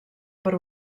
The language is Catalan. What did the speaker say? per